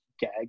gag